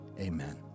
amen